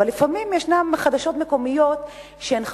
אבל לפעמים ישנן חדשות מקומיות שהן חשובות,